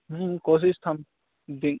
कोशिश तो हम दें